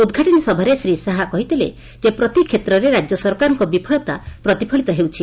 ଉଦଘାଟନୀ ସଭାରେ ଶ୍ରୀ ସାହା କହିଥିଲେ ଯେ ପ୍ରତି କ୍ଷେତ୍ରରେ ରାଜ୍ୟ ସରକାରଙ୍କ ବିଫଳତା ପ୍ରତିଫଳିତ ହେଉଛି